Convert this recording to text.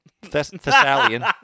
Thessalian